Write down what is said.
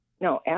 no